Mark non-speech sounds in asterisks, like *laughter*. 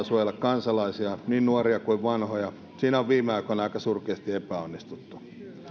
*unintelligible* suojella kansalaisiaan niin nuoria kuin vanhoja siinä on viime aikoina aika surkeasti epäonnistuttu